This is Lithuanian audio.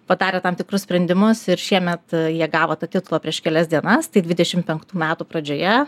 padarė tam tikrus sprendimus ir šiemet jie gavo tą titulą prieš kelias dienas tai dvidešimt penktų metų pradžioje